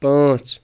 پانٛژھ